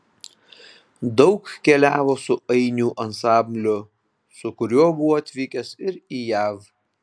daug keliavo su ainių ansambliu su kuriuo buvo atvykęs ir į jav